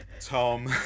tom